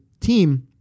team